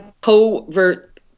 covert